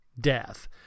death